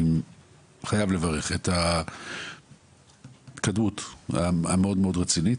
אני חייב לברך את ההתקדמות המאוד רצינית